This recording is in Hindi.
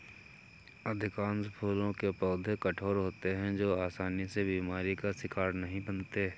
अधिकांश फूलों के पौधे कठोर होते हैं जो आसानी से बीमारी का शिकार नहीं बनते